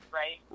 right